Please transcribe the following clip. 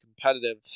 competitive